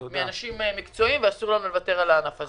מאנשים מקצועיים ואסור לנו לוותר על הענף הזה.